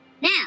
Now